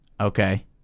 Okay